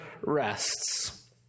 rests